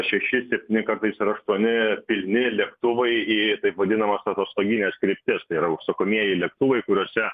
šeši septyni kartais ir aštuoni pilni lėktuvai į taip vadinamas atostogines kryptis tai yra užsakomieji lėktuvai kuriuose